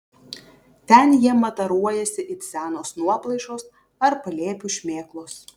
ten jie mataruojasi it senos nuoplaišos ar palėpių šmėklos